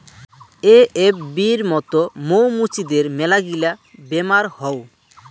এ.এফ.বির মত মৌ মুচিদের মেলাগিলা বেমার হউ